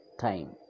time